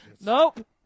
nope